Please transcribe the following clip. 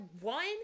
one